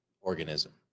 organism